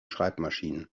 schreibmaschinen